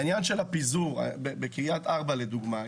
העניין של הפיזור בקריית ארבע לדוגמה,